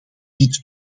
dit